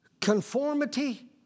Conformity